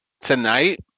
tonight